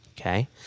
Okay